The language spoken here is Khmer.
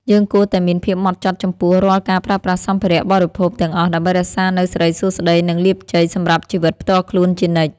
យើងគួរតែមានភាពហ្មត់ចត់ចំពោះរាល់ការប្រើប្រាស់សម្ភារៈបរិភោគទាំងអស់ដើម្បីរក្សានូវសិរីសួស្តីនិងលាភជ័យសម្រាប់ជីវិតផ្ទាល់ខ្លួនជានិច្ច។